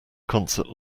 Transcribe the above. concert